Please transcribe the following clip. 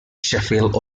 sheffield